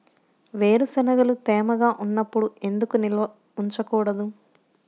వేరుశనగలు తేమగా ఉన్నప్పుడు ఎందుకు నిల్వ ఉంచకూడదు?